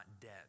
dead